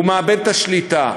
והוא מאבד את השליטה.